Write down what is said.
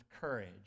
courage